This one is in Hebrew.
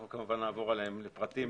כמובן נעבור עליהן לפרטים.